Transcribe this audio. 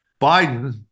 Biden